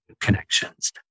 connections